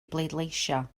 bleidleisio